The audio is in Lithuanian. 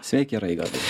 sveiki raigardai